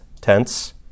tense